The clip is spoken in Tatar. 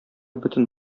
бөтен